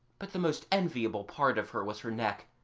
but the most enviable part of her was her neck,